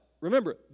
Remember